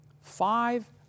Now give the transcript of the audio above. five